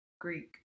Greek